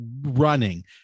running